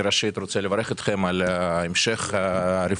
אני ראשית רוצה לברך אתכם על המשך רפורמת